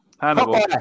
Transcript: Hannibal